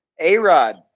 A-Rod